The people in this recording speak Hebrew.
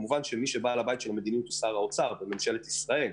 כמובן שבעל הבית המדיני הוא שר האוצר וממשלת ישראל,